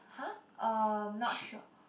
huh um not sure